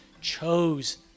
chose